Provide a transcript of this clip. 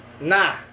nah